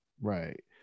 right